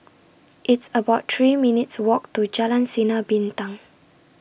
It's about three minutes' Walk to Jalan Sinar Bintang